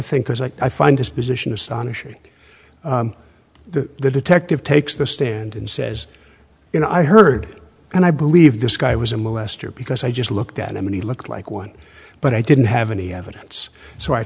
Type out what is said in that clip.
like i find his position astonishing the detective takes the stand and says you know i heard and i believe this guy was a molester because i just looked at him and he looked like one but i didn't have any evidence so